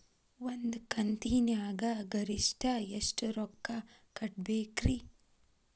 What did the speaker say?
ಒಂದ್ ಕಂತಿನ್ಯಾಗ ಗರಿಷ್ಠ ಎಷ್ಟ ರೊಕ್ಕ ಕಟ್ಟಬೇಕ್ರಿ?